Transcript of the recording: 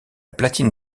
platine